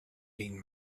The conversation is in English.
been